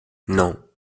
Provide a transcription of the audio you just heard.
non